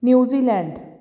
New Zealand